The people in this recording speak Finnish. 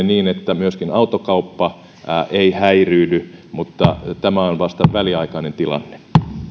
niin että myöskään autokauppa ei häiriinny mutta tämä on vasta väliaikainen tilanne